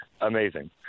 amazing